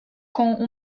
com